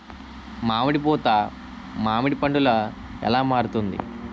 మామిడి పూత మామిడి పందుల ఎలా మారుతుంది?